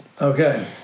Okay